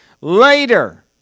later